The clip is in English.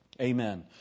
amen